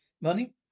Money